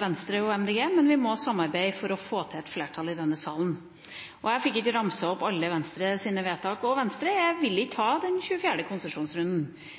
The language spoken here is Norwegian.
Venstre og Miljøpartiet De Grønne , men vi må samarbeide for å få til et flertall i denne salen. Jeg fikk ikke ramset opp alle Venstres vedtak, men Venstre vil ikke ha den 24. konsesjonsrunden.